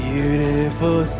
Beautiful